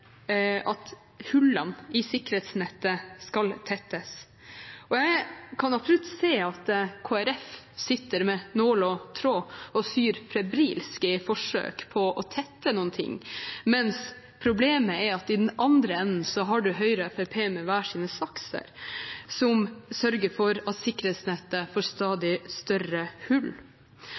at hullene i sikkerhetsnettet skal tettes. Jeg kan absolutt se at Kristelig Folkeparti sitter med nål og tråd og syr febrilsk i et forsøk på å tette noe, men problemet er at i den andre enden har du Høyre og Fremskrittspartiet med hver sin saks, som sørger for at sikkerhetsnettet får stadig større hull.